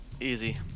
Easy